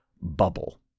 bubble